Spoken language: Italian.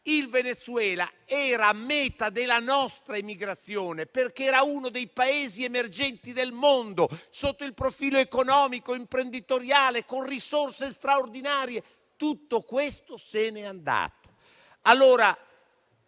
il Venezuela era meta della nostra emigrazione, perché era uno dei Paesi emergenti del mondo sotto il profilo economico e imprenditoriale, con risorse straordinarie. Tutto questo se ne è andato. Credo